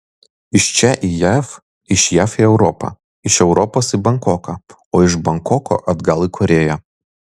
iš čia į jav iš jav į europą iš europos į bankoką o iš bankoko atgal į korėją